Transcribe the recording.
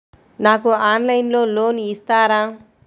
నాకు ఆన్లైన్లో లోన్ ఇస్తారా?